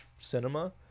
cinema